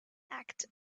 act